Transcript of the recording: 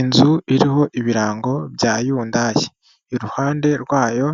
Inzu iriho ibirango bya Hyundai iruhande rwayo